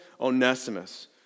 Onesimus